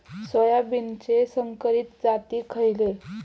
सोयाबीनचे संकरित जाती खयले?